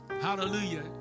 hallelujah